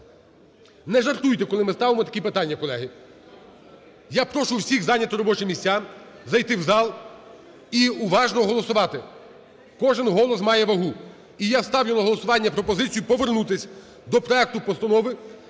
Не жартуйте, коли ми ставимо такі питання, колеги. Я прошу всіх зайняти робочі місця, зайти в зал і уважно голосувати. Кожен голос має вагу. І я ставлю на голосування пропозицію повернутись до проекту Постанови